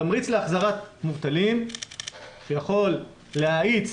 תמריץ להחזרת מובטלים שיכול להאיץ